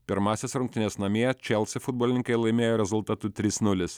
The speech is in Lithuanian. pirmąsias rungtynes namie chelsea futbolininkai laimėjo rezultatu trys nulis